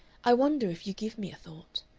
i wonder if you give me a thought.